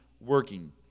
working